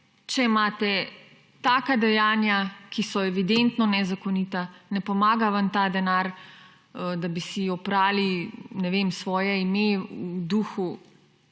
če imate taka dejanja, ki so evidentno nezakonita. Ne pomaga vam ta denar, da bi si oprali svoje ime v duhu